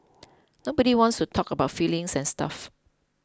nobody wants to talk about feelings and stuff